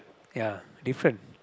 ya different